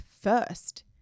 first